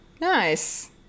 nice